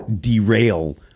derail